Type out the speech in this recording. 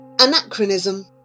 Anachronism